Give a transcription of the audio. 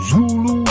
Zulu